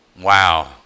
Wow